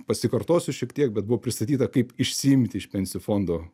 pasikartosiu šiek tiek bet buvo pristatyta kaip išsiimti iš pensijų fondo